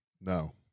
No